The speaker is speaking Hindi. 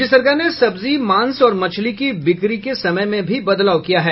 राज्य सरकार ने सब्जी फल मांस और मछली की बिक्री के समय में भी बदलाव किया है